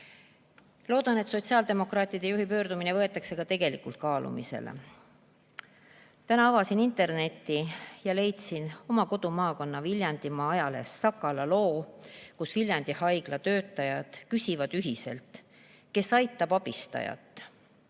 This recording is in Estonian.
Loodan, et sotsiaaldemokraatide juhi pöördumine võetakse ka tegelikult kaalumisele. Täna avasin interneti ja leidsin oma kodumaakonna Viljandimaa ajalehes Sakala loo, kus Viljandi haigla töötajad küsivad ühiselt, kes aitab abistajat.